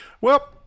Well-